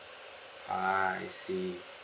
ah I see